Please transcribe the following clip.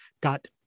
got